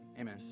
Amen